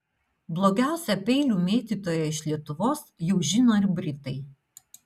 blogiausią peilių mėtytoją iš lietuvos jau žino ir britai